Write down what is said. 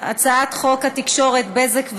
הצעת חוק התקשורת (בזק ושידורים)